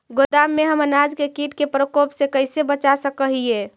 गोदाम में हम अनाज के किट के प्रकोप से कैसे बचा सक हिय?